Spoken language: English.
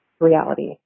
reality